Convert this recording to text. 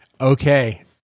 Okay